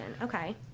Okay